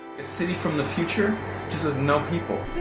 the city from the future, just with no people.